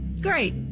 Great